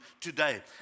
today